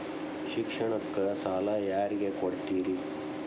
ಶಿಕ್ಷಣಕ್ಕ ಸಾಲ ಯಾರಿಗೆ ಕೊಡ್ತೇರಿ?